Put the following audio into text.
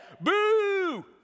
boo